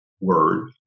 word